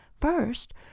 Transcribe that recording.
First